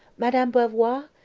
madame belvoir?